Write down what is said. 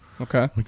Okay